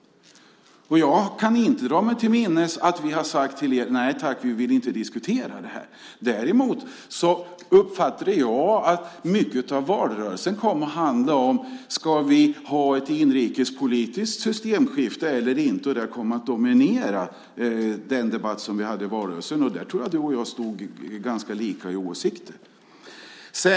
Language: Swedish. Jag kan inte dra mig till minnes att vi har sagt till er: Nej tack, vi vill inte diskutera det här. Däremot uppfattade jag att mycket av valrörelsen kom att handla om om vi ska ha ett inrikespolitiskt systemskifte eller inte. Det kom att dominera debatten i valrörelsen. Där tror jag att du och jag hade ganska lika åsikter.